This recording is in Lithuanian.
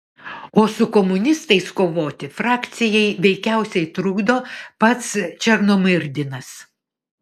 o su komunistais kovoti frakcijai veikiausiai trukdo pats černomyrdinas